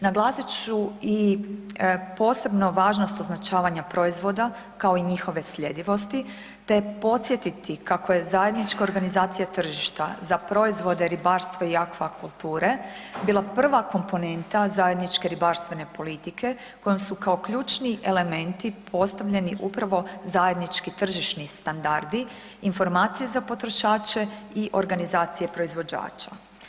Naglasit ću i posebno važnost označavanja proizvoda kao i njihove sljedivosti te podsjetiti kako je zajednička organizacija tržišta za proizvode ribarstva i akvakulture bila prva komponenta zajedničke ribarstvene politike kojom su kao ključni elementi postavljeni upravo zajednički tržišni standardi, informacije za potrošače i organizacije proizvođača.